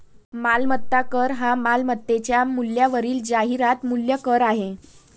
मालमत्ता कर हा मालमत्तेच्या मूल्यावरील जाहिरात मूल्य कर आहे